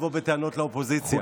איך אבוא בטענות לאופוזיציה,